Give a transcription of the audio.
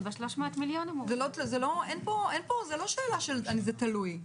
זה לא שאלה של זה תלוי.